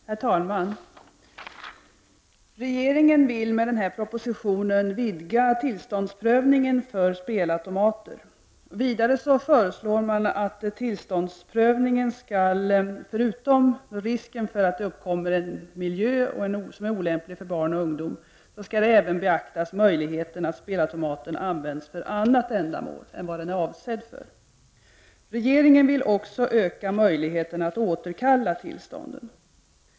Herr talman! Regringen vill med den här propositionen vidga tillståndsprövningen för spelautomater. Vid tillståndsprövningen föreslår man vidare att, förutom risken för att det uppkommer en miljö som är olämplig för barn och ungdomar, även möjligheten att spelautomaten används för annat ändamål än den är avsedd för skall beaktas. Regeringen vill också öka möjligheten att återkalla tillstånden.